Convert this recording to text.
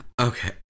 Okay